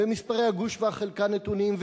ומספרי הגוש והחלקה נתונים,